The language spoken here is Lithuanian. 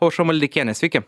aušra maldeikiene sveiki